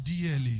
dearly